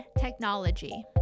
Technology